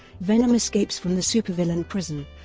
venom escapes from the supervillain prison,